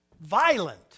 violent